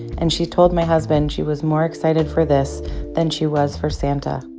and she told my husband she was more excited for this than she was for santa